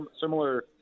similar